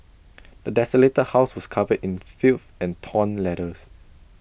the desolated house was covered in filth and torn letters